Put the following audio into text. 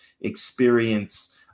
experience